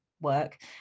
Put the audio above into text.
work